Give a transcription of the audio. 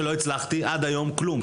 שלא הצלחתי לקדם עד היום כלום,